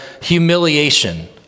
humiliation